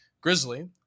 Grizzly